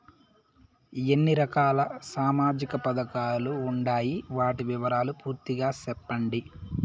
ఎన్ని రకాల సామాజిక పథకాలు ఉండాయి? వాటి వివరాలు పూర్తిగా సెప్పండి?